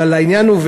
אבל העניין הוא,